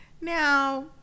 Now